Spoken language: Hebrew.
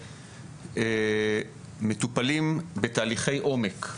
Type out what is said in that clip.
ומטופלים בתהליכי עומק.